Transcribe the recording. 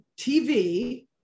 TV